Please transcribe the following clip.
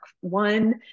one